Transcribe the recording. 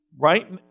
Right